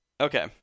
Okay